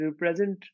represent